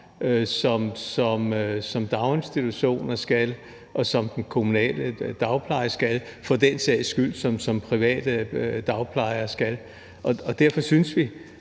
som daginstitutioner skal, og som den kommunal dagpleje skal – for den sags skyld, som private dagplejere skal. Derfor synes vi